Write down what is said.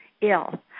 ill